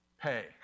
Pay